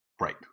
Right